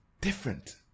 Different